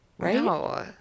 no